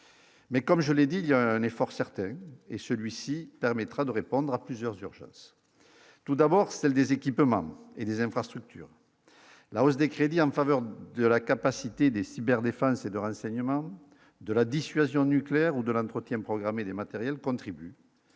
Mais comme je l'ai dit, il y a un effort certain et celui-ci permettra de répondre à plusieurs urgences tout d'abord celle des équipements et les infrastructures, la hausse des crédits en faveur de la capacité des cyber défense et de renseignement de la dissuasion nucléaire ou de l'entretien programmé des matériels contribuent